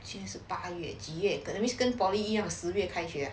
现在是八月几月 that means 跟 poly 一样四月开学